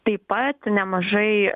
taip pat nemažai